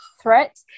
threat